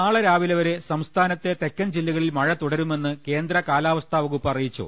നാളെ രാവിലെവരെ സംസ്ഥാനത്തെ തെക്കൻ ജില്ലകളിൽ മഴ തുടരുമെന്ന് കേന്ദ്ര കാലാവസ്ഥാവകുപ്പ് അറിയിച്ചു